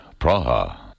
Praha